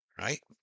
right